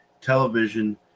television